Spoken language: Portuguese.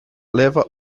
leva